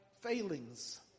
failings